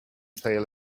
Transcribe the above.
playlist